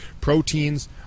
Proteins